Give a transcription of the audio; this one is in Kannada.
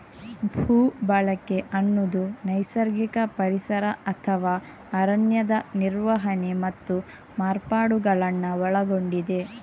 ಭೂ ಬಳಕೆ ಅನ್ನುದು ನೈಸರ್ಗಿಕ ಪರಿಸರ ಅಥವಾ ಅರಣ್ಯದ ನಿರ್ವಹಣೆ ಮತ್ತು ಮಾರ್ಪಾಡುಗಳನ್ನ ಒಳಗೊಂಡಿದೆ